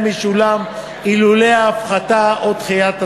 משולם אילולא ההפחתה או דחיית השכר.